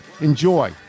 Enjoy